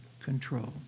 control